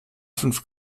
fünf